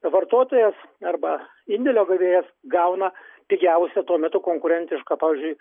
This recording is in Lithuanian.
vartotojas arba indėlio gavėjas gauna didžiausią tuo metu konkurentišką pavyzdžiui